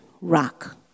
rock